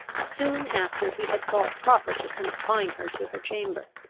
soon after he had thought proper to confine her to her chamber.